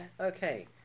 Okay